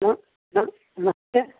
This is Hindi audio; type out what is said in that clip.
हेलो सर नमस्ते